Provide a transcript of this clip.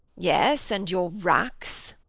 yes, and your racks.